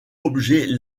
objet